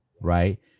right